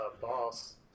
boss